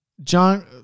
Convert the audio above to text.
John